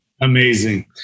Amazing